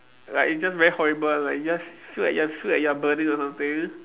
like it's just very horrible like you just feel like feel like you're burning or something